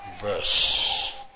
verse